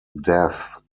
death